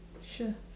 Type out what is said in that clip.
sure